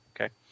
Okay